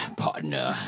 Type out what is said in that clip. partner